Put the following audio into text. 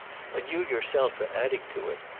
and you yourself are adding to it.